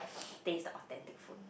taste the authentic food